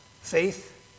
faith